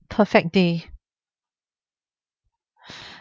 perfect day